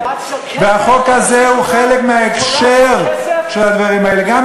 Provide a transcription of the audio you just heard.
דת של כסף יש לך?